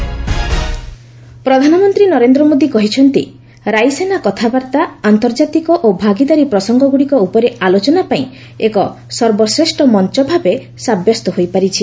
PM Raisina dialogue ପ୍ରଧାନମନ୍ତ୍ରୀ ନରେନ୍ଦ୍ର ମୋଦି କହିଛନ୍ତି ରାଇସିନା କଥାବାର୍ତ୍ତା ଆନ୍ତର୍ଜାତିକ ଓ ଭାଗିଦାରି ପ୍ରସଙ୍ଗଗୁଡ଼ିକ ଉପରେ ଆଲୋଚନା ପାଇଁ ଏକ ସର୍ବଶ୍ରେଷ୍ଠ ମଞ୍ଚ ଭାବେ ସାବ୍ୟସ୍ତ ହୋଇପାରିଛି